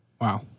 Wow